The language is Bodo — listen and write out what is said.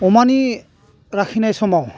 अमानि लाखिनाय समाव